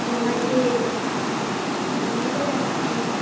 সমাজের মঙ্গলার্থে